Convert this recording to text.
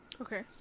Okay